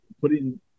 putting